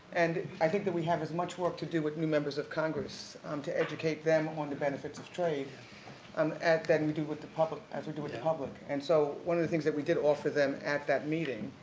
and i think that we have as much work to do with new members of congress to educate them on the benefits of trade um then we do with the public, as we do with the public. and so, one of the things that we did offer them at that meeting,